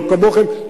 לא כמוכם,